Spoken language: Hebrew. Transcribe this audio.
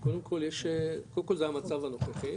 קודם כל זה המצב הנוכחי,